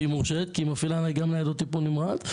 והיא מורשית כי יש לה גם ניידות טיפול נמרץ.